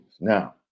Now